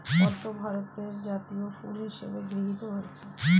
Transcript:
পদ্ম ভারতের জাতীয় ফুল হিসেবে গৃহীত হয়েছে